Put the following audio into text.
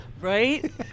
Right